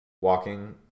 Walking